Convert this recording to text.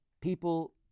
people